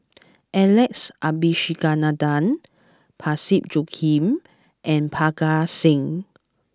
Alex Abisheganaden Parsick Joaquim and Parga Singh